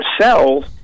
cells